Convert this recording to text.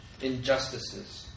injustices